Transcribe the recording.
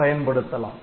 பயன்படுத்தலாம்